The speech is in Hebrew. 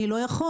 אני לא יכול.